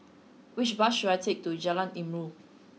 which bus should I take to Jalan Ilmu